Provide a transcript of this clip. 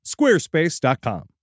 Squarespace.com